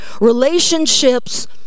Relationships